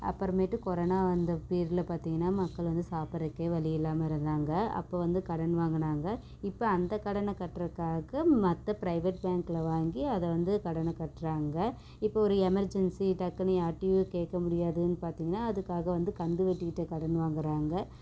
அப்புறமேட்டு கொரோனா வந்த பேரில் பார்த்திங்கன்னா மக்கள் வந்து சாப்பிட்றதுக்கே வழியில்லாம இருந்தாங்க அப்போ வந்து கடன் வாங்குனாங்க இப்போ அந்த கடனை கட்டுறதுக்காக மற்ற ப்ரைவேட் பேங்க்ல வாங்கி அதை வந்து கடனை கட்டுறாங்க இப்போ ஒரு எமெர்ஜென்சி டக்குன்னு யார்கிட்டையும் கேட்க முடியாதுன்னு பார்த்திங்கன்னா அதுக்காக வந்து கந்துவட்டிக்கிட்ட கடன் வாங்குறாங்க